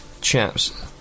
Chaps